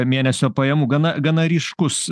mėnesio pajamų gana gana ryškus